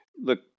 look